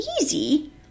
easy